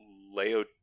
Leo